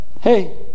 hey